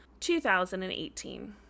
2018